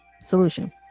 solution